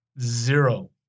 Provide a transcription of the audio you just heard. zero